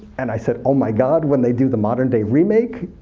and i said, oh my god, when they do the modern day remake,